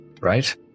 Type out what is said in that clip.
right